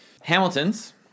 Hamilton's